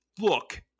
look